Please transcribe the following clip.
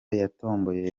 yatomboye